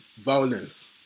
violence